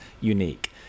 unique